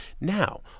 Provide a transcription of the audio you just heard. Now